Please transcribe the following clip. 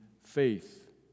faith